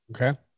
Okay